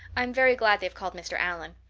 i'm very glad they've called mr. allan.